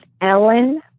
Ellen